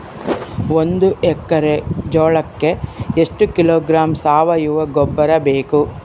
ಒಂದು ಎಕ್ಕರೆ ಜೋಳಕ್ಕೆ ಎಷ್ಟು ಕಿಲೋಗ್ರಾಂ ಸಾವಯುವ ಗೊಬ್ಬರ ಬೇಕು?